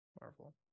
Marvel